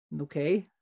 Okay